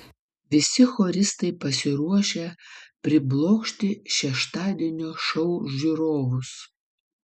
visi choristai pasiruošę priblokšti šeštadienio šou žiūrovus